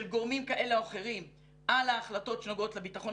של גורמים כאלה אחרים על ההחלטות שנוגעות לביטחון